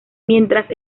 mientras